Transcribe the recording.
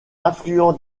affluent